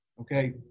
okay